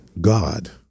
god